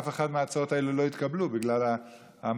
אף אחת מההצעות האלה לא התקבלו בגלל המנגנונים